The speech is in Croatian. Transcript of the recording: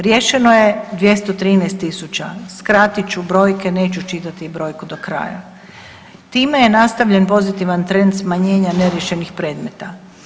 Riješeno je 213.000, skratit ću brojke, neću čitati brojku do kraja, time je nastavljen pozitivan trend smanjenja neriješenih predmeta.